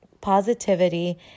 positivity